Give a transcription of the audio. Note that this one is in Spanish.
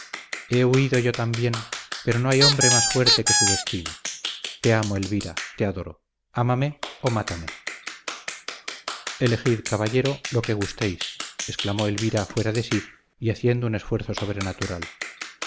he huido yo también pero no hay hombre más fuerte que su destino te amo elvira te adoro ámame o mátame elegid caballero lo que gustéis exclamó elvira fuera de sí y haciendo un esfuerzo sobrenatural